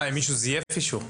אה, אם מישהו זייף אישור?